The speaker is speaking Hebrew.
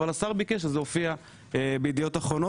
אבל השר ביקש אז זה הופיע ב "ידיעות אחרונות".